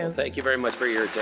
and thank you very much for your